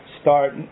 start